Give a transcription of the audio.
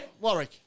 Warwick